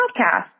podcast